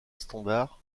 standard